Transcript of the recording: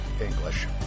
english